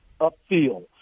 upfield